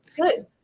Good